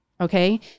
okay